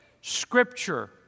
Scripture